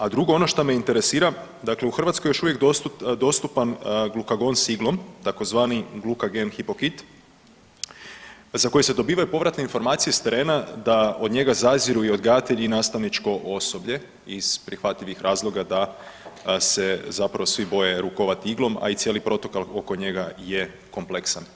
A drugo ono što me interesira, dakle u Hrvatskoj je još uvijek dostupan Glucagen s iglom tzv. Glucagen Gypokit za koji se dobivaju povratne informacije s terena da od njega zaziru i odgajatelji i nastavničko osoblje iz prihvatljivih razloga da se zapravo svi boje rukovati iglom, a i cijeli protokol ono njega je kompleksan.